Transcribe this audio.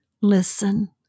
listen